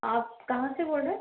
आप कहाँ से बोल रहे हैं